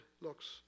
looks